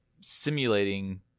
simulating